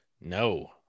no